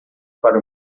para